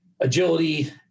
agility